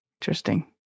Interesting